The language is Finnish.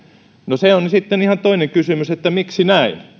no se on sitten ihan toinen kysymys että miksi näin